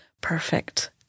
perfect